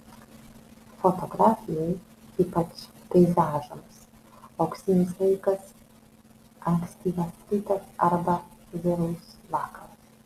fotografijai ypač peizažams auksinis laikas ankstyvas rytas arba vėlus vakaras